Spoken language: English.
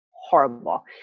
Horrible